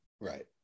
Right